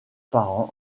parents